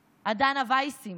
הדנה-ויסים,